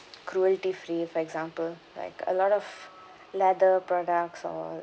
cruelty-free for example like a lot of leather products or